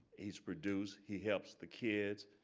he's produced he helps the kids.